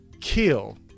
kill